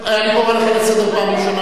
אני קורא אותך לסדר פעם ראשונה.